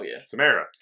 Samara